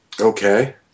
Okay